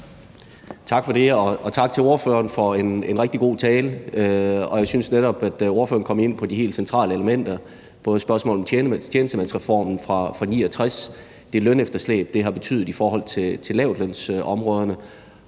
Tak for det, og tak til ordføreren for en rigtig god tale. Jeg synes netop, at ordføreren kom ind på de helt centrale elementer, både spørgsmålet om tjenestemandsreformen fra 1969 – det lønefterslæb, det har betydet i forhold til lavtlønsområderne